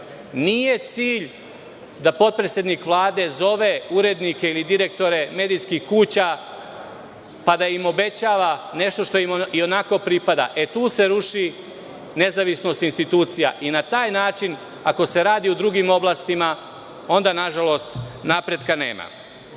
cilj da potpredsednik Vlade zove urednike ili direktore medijskih kuća, pa da im obećava nešto što im i onako pripada. Tu se ruši nezavisnost institucija i na taj način, ako se radi u drugim oblastima, onda nažalost napretka nema. Na